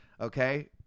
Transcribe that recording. okay